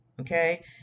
okay